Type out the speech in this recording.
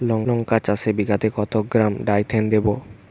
লঙ্কা চাষে বিঘাতে কত গ্রাম ডাইথেন দেবো?